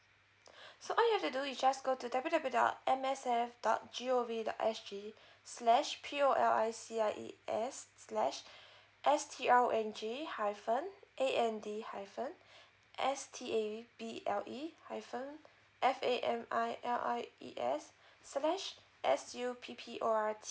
so what you have to do is just go to w w w dot M S F dot gov dot s g slash p o l i c i e s slash s t r o n g hyphen a n d hyphen s t a b l e hyphen f a m i l i e s slash s u p p o r t